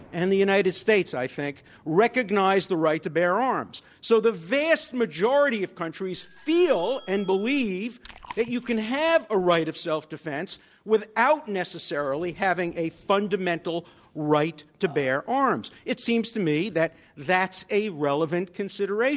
and the united states, i think, recognize the right to bear arms, so the vast majority of countries feel and believe that you can have a right of self-defense without necessarily having a fundamental right to bear arms. it seems to me that that's a relevant consideration,